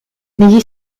negli